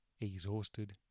Exhausted